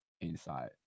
inside